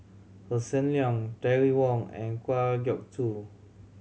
Hossan Leong Terry Wong and Kwa Geok Choo